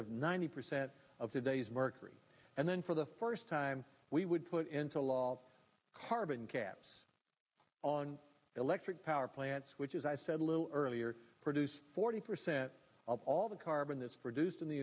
of ninety percent of today's mercury and then for the first time we would put into law the carbon caps on electric power plants which is i said a little earlier produce forty percent of all the carbon that's produced in the